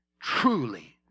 truly